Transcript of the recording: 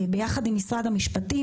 ויחד עם משרד המשפטים,